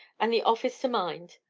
and the office to mind!